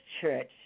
church